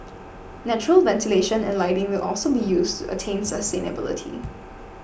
natural ventilation and lighting will also be used attain sustainability